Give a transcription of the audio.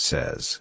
Says